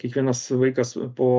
kiekvienas vaikas po